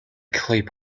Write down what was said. clip